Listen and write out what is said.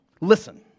listen